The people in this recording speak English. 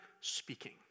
speaking